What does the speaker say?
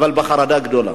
אבל בחרדה גדולה.